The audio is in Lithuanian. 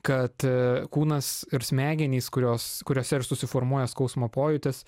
kad kūnas ir smegenys kurios kuriose ir susiformuoja skausmo pojūtis